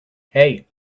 hey